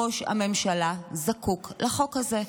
ראש הממשלה זקוק לחוק הזה.